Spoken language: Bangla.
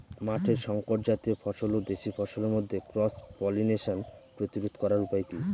মাঠের শংকর জাতীয় ফসল ও দেশি ফসলের মধ্যে ক্রস পলিনেশন প্রতিরোধ করার উপায় কি?